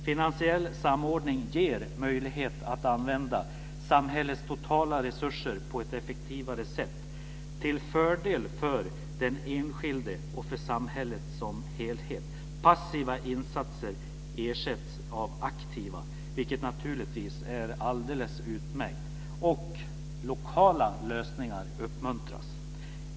Finansiell samordning ger möjlighet att använda samhällets totala resurser på ett effektivare sätt till fördel för den enskilde och för samhället som helhet. Passiva insatser ersätts av aktiva, vilket naturligtvis är alldeles utmärkt. Och lokala lösningar uppmuntras.